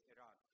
Iran